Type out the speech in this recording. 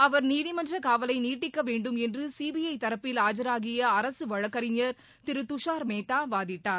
அவர் நீதிமன்ற காவலை நீட்டிக்கவேண்டும் என்று சிபிஐ தரப்பில் ஆஜராகிய அரசு வழக்கறிஞர் திரு துஷார் மேத்தா வாதிட்டார்